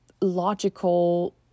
logical